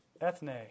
ethne